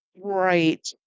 Right